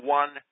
one